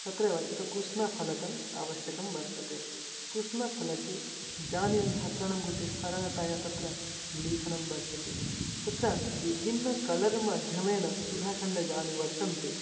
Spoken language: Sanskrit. अत्रैव एकं कृष्णफलकम् अवश्यकं वर्तते कृष्णफलके इदानीं छात्राणां कृते सरळतया तत्र लेखनं वर्तते तत्र विभिन्नं कलर् माध्यमेन सुधाखण्डानि वर्तन्ते